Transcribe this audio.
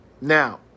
Now